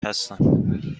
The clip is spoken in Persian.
هستند